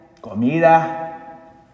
comida